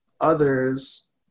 others